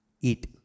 Eat